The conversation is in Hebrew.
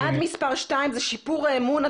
יעד מספר שתיים זה סיפור האמון,